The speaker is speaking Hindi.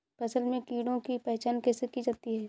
फसल में कीड़ों की पहचान कैसे की जाती है?